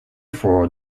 for